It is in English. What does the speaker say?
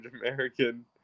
American